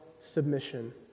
submission